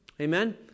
Amen